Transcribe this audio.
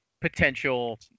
potential